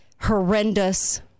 horrendous